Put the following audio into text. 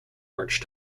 march